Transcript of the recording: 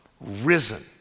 risen